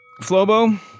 Flobo